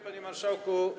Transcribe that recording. Panie Marszałku!